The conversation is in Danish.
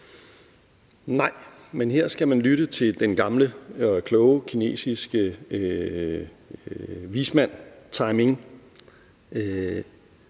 Nej, men her skal man lytte til den gamle, kloge kinesiske vismand, Timing,